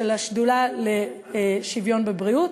של השדולה לשוויון בבריאות